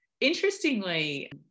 Interestingly